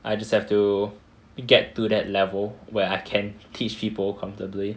I just have to get to that level where I can teach people comfortably